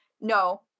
no